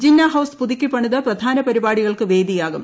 Jinnah House പുതുക്കി പണിത് പ്രധാന പരിപാടികൾക്ക് വേദിയാകും